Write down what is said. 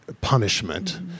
punishment